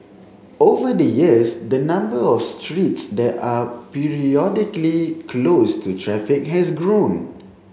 over the years the number of streets that are periodically closed to traffic has grown